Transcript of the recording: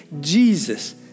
Jesus